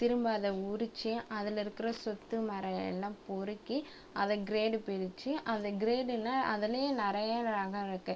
திரும்ப அதை உறித்து அதில் இருக்கிற சுத்து மரையெல்லாம் பொறுக்கி அதை கிரேடு பிரித்து அதை கிரேடில் அதிலேயும் நிறைய ரகம் இருக்குது